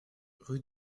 rue